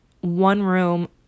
one-room